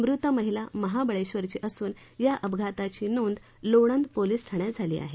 मृत महिला महाबळेश्वरची असून या अपघाताची नोंद लोणंद पोलीस ठाण्यात झाली आहे